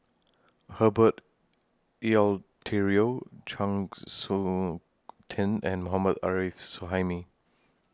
Herbert Eleuterio Chng Seok Tin and Mohammad Arif Suhaimi